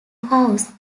house